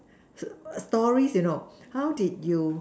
stories you know how did you